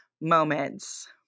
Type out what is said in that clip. moments